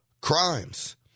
crimes